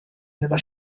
nella